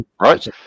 right